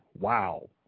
Wow